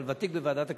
אבל ותיק בוועדת הכספים,